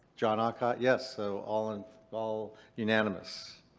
john aucott, yes. so all and all unanimous.